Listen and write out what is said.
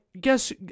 guess